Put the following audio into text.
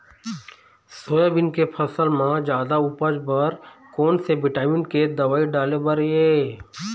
Soybean के फसल म जादा उपज बर कोन से विटामिन के दवई डाले बर ये?